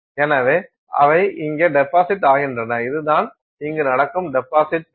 எனவே அவை இங்கே டெபாசிட் ஆகின்றன இதுதான் இங்கு நடக்கும்டெபாசிட் செயல்